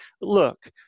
Look